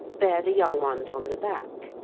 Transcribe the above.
bear the young ones on the back,